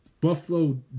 Buffalo